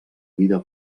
vida